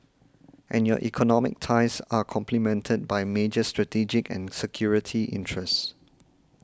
and your economic ties are complemented by major strategic and security interests